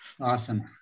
Awesome